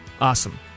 Awesome